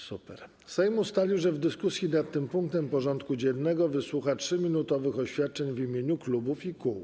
Sejm ustalił, że w dyskusji nad tym punktem porządku dziennego wysłucha 3-minutowych oświadczeń w imieniu klubów i kół.